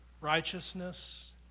righteousness